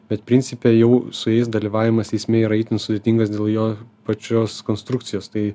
bet principe jau su jais dalyvavimas eisme yra itin sudėtingas dėl jo pačios konstrukcijos tai